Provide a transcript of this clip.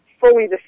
fully